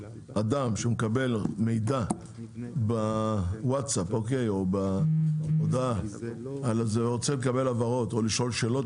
אדם שמקבל מידע בווטסאפ או בהודעה ורוצה לקבל הבהרות או לשאול שאלות,